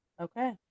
Okay